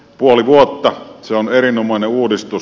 puoli vuotta se on erinomainen uudistus